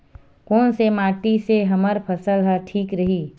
कोन से माटी से हमर फसल ह ठीक रही?